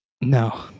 No